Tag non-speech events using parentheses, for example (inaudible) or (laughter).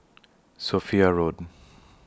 Sophia Road (noise)